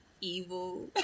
evil